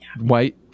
White